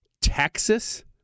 Texas